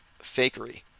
fakery